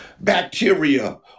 bacteria